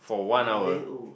but he very old